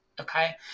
Okay